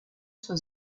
zur